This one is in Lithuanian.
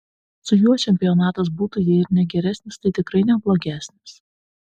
su juo čempionatas būtų jei ir ne geresnis tai tikrai ne blogesnis